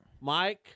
Mike